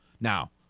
Now